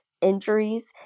injuries